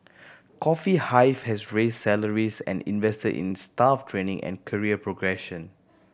Coffee Hive has raised salaries and invested in staff training and career progression